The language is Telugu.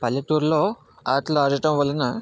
పల్లెటూరిలో ఆటలు ఆడటం వలన